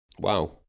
Wow